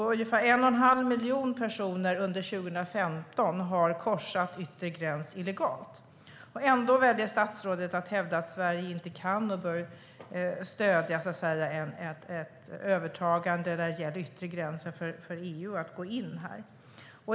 Ungefär 1 1⁄2 miljon personer har korsat den yttre gränsen illegalt under 2015, och ändå väljer statsrådet att hävda att Sverige inte kan och bör stödja ett övertagande när det gäller den yttre gränsen och att EU ska gå in.